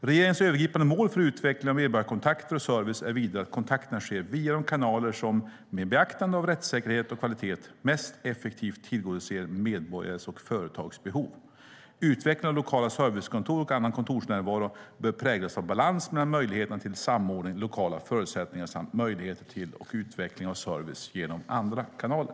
Regeringens övergripande mål för utvecklingen av medborgarkontakter och service är vidare att kontakterna sker via de kanaler som, med beaktande av rättssäkerhet och kvalitet, mest effektivt tillgodoser medborgares och företags behov. Utvecklingen av lokala servicekontor och annan kontorsnärvaro bör präglas av balans mellan möjligheter till samordning, lokala förutsättningar samt möjligheter till och utveckling av service genom andra kanaler.